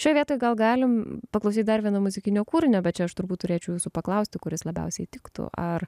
šioje vietoj gal galime paklausyti dar vieno muzikinio kūrinio bet aš turbūt turėčiau jūsų paklausti kuris labiausiai tiktų ar